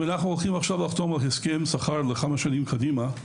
אם אנחנו הולכים עכשיו לחתום על הסכם שכר לכמה שנים קדימה,